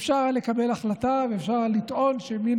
אפשר היה לקבל החלטה ואפשר היה לטעון שמן